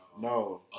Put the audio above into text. No